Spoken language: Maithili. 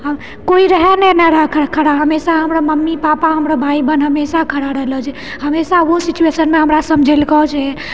कोइ रहै नहि रहै खड़ा हमेशा हमरा मम्मी पापा हमरा भाइ बहन हमेशा खड़ा रहलोछे हमेशा उस सिचुएशनमे हमरा समझेलको छै